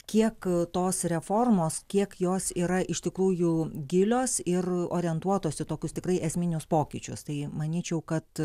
kiek tos reformos kiek jos yra iš tikrųjų gilios ir orientuotos į tokius tikrai esminius pokyčius tai manyčiau kad